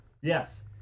yes